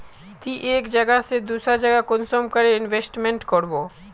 ती एक जगह से दूसरा जगह कुंसम करे इन्वेस्टमेंट करबो?